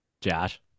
Josh